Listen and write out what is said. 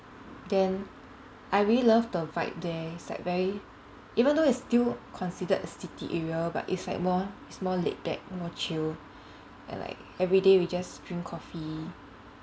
then I really love the vibe there it's like very even though it's still considered a city area but it's like more it's more laid back more chill and like every day we just drink coffee